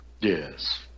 Yes